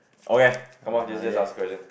okay come on just just answer question